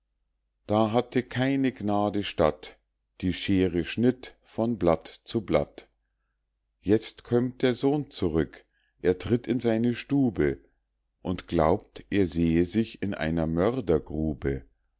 da hatte keine gnade statt die scheere schnitt von blatt zu blatt jetzt kömmt der sohn zurück er tritt in seine stube und glaubt er sehe sich in einer mördergrube